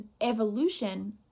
evolution